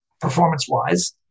performance-wise